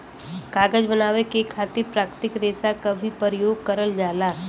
कागज बनावे के खातिर प्राकृतिक रेसा क भी परयोग करल जाला